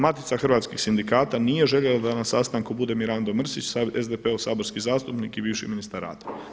Matica Hrvatskih sindikata nije željela da na sastanku bude Mirando Mrsić, SDP-ov saborski zastupnik i bivši ministar rada.